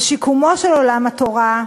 ושיקומו של עולם התורה,